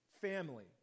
family